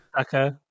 Okay